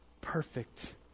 perfect